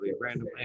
Random